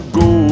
go